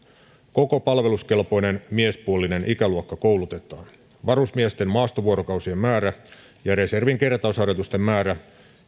koko palveluskelpoinen miespuolinen ikäluokka koulutetaan varusmiesten maastovuorokausien määrä ja reservin kertausharjoitusten määrä